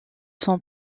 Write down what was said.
sont